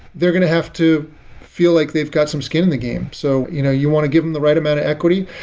they're going to have to feel like they've got some skin in the game. so you know you want to give them the right amount of equity,